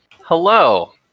hello